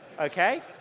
okay